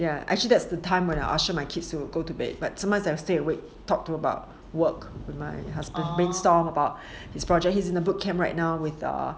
ya actually that time when I ushered my kids to go to bed but sometimes I stay awake talk to about work with my husband brainstorm about his project he is in a bootcamp right now with the